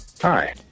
Hi